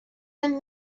been